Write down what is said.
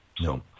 No